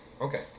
okay